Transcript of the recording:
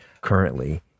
currently